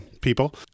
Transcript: people